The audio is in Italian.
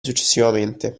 successivamente